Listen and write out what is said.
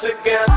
again